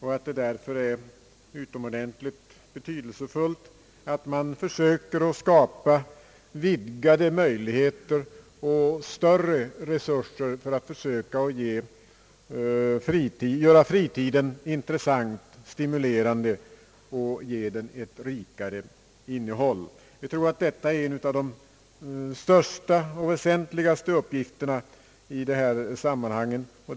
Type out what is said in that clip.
Det är därför utomordentligt betydelsefullt att man försöker skapa vidgade möjligheter och större resurser när det gäller att göra fritiden intressant och stimulerande och ge den ett rikare innehåll. Vi tror att det är en av de största och vä sentligaste uppgifterna i sammanhanget.